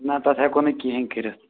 نہ تَتھ ہٮ۪کَو نہٕ کِہیٖنۍ کٔرِتھ